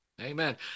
Amen